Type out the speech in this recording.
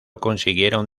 consiguieron